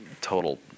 total